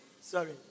Sorry